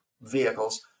vehicles